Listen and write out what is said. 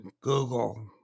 Google